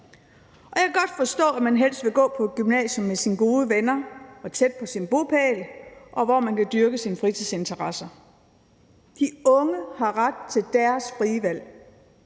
Jeg kan godt forstå, at man helst vil gå på et gymnasium med sine gode venner og tæt på sin bopæl, og hvor man kan dyrke sine fritidsinteresser. De unge har ret til deres frie valg.